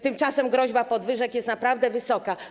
Tymczasem groźba podwyżek jest naprawdę duża.